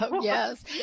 Yes